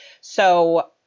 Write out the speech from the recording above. So-